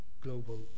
global